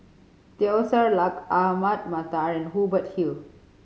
Teo Ser Luck Ahmad Mattar and Hubert Hill